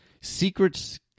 secrets